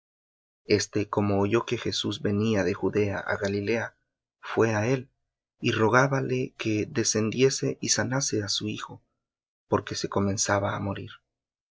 este como oyó que jesús venía de judea á galilea fué á él y rogábale que descendiese y sanase á su hijo porque se comenzaba á morir